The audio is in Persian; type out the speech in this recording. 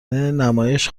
نمایش